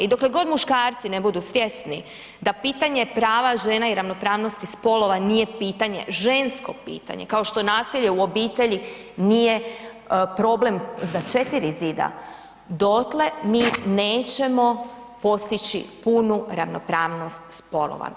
I dokle god muškarci ne budu svjesni da pitanje prava žena i ravnopravnosti spolova nije pitanje, žensko pitanje, kao što nasilje u obitelji nije problem za 4 zida, dotle mi nećemo postići punu ravnopravnost spolova.